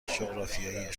جغرافیای